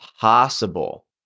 possible